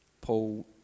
Paul